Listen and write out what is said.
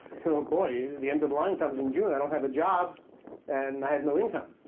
oh, boy, the end of the line comes in june. i don't have a job and i have no income.